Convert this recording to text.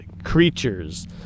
creatures